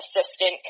assistant